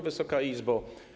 Wysoka Izbo!